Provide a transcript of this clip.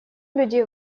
люди